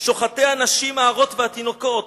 שוחטי הנשים ההרות והתינוקות,